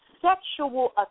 sexual